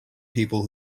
people